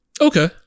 Okay